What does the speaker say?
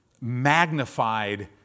magnified